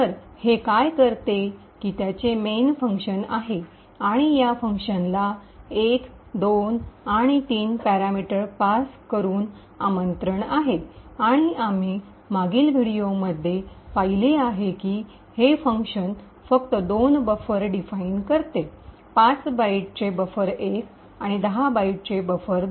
तर हे काय करते की त्याचे मेन फंक्शन आहे आणि या फंक्शनला 1 2 आणि 3 पॅरामीटर्स पास केरून आमंत्रण आहे आणि आम्ही मागील व्हिडिओंमध्ये पाहिले आहे की हे फंक्शन फक्त दोन बफर डिफाईन करते ५ बाइटचे बफर१ आणि १० बाइटचे बफर२